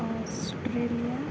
Australia